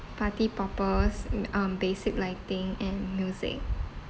party poppers n~ uh basic lighting and music